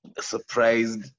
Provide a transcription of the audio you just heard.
surprised